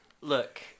look